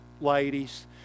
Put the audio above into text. ladies